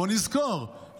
בואו נזכור,